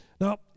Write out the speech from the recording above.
Now